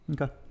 okay